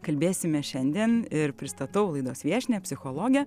kalbėsime šiandien ir pristatau laidos viešnia psichologė